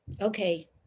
okay